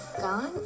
Gone